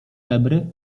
febry